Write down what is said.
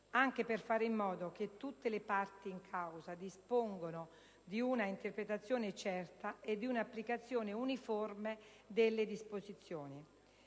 anche per fare in modo che tutte le parti in causa dispongano di una interpretazione certa e di una applicazione uniforme delle disposizioni;